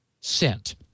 sent